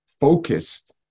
focused